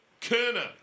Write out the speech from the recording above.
Kerner